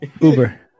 Uber